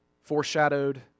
foreshadowed